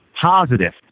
positive